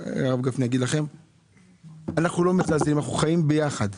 אנחנו חיים ביחד.